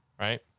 Right